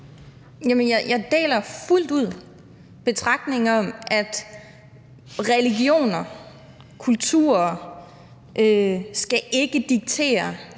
Jeg deler fuldt ud betragtningen om, at religioner og kulturer ikke skal diktere,